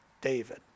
David